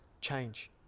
change